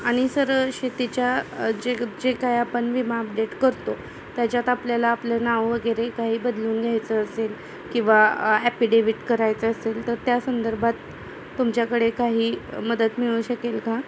आणि सर शेतीच्या जे जे काय आपण विमा अपडेट करतो त्याच्यात आपल्याला आपलं नाव वगैरे काही बदलून घ्यायचं असेल किंवा ॲपिडेविट करायचं असेल तर त्या संदर्भात तुमच्याकडे काही मदत मिळू शकेल का